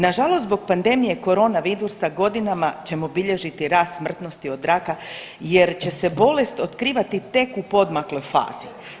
Na žalost zbog pandemije koronavirusa godinama ćemo bilježiti rast smrtnosti od raka jer će se bolest otkrivati tek u podmakloj fazi.